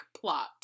plot